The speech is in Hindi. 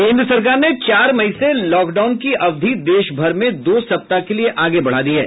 केन्द्र सरकार ने चार मई से लॉकडाउन की अवधि देशभर में दो सप्ताह के लिए आगे बढ़ा दी है